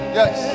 yes